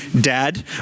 dad